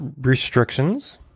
restrictions